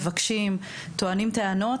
מבקשים וטוענים טענות,